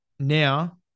now